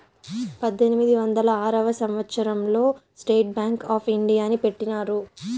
పద్దెనిమిది వందల ఆరవ సంవచ్చరం లో స్టేట్ బ్యాంక్ ఆప్ ఇండియాని పెట్టినారు